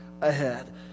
ahead